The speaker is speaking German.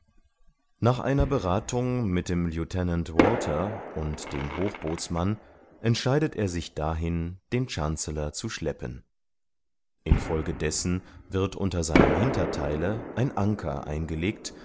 nach einer berathung mit dem lieutenant walter und dem hochbootsmann entscheidet er sich dahin den chancellor zu schleppen in folge dessen wird unter seinem hintertheile ein anker eingelegt